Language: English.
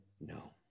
No